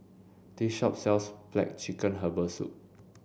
this shop sells black chicken herbal soup